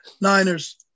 Niners